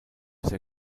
sehr